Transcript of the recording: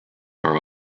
are